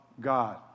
God